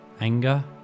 anger